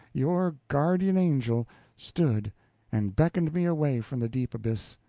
your guardian angel stood and beckoned me away from the deep abyss.